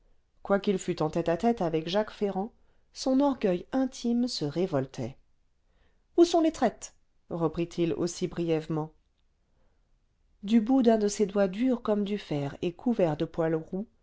quoiqu'il fût en tête-à-tête avec jacques ferrand son orgueil intime se révoltait où sont les traites reprit-il aussi brièvement du bout d'un de ses doigts durs comme du fer et couverts de poils roux